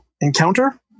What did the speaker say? encounter